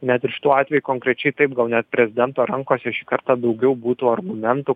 net ir šituo atveju konkrečiai taip gal net prezidento rankose šį kartą daugiau būtų argumentų